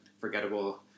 forgettable